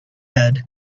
head